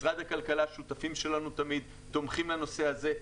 משרד הכלכלה הוא תמיד שותף שלנו והוא תומך בנושא הזה.